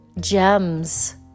gems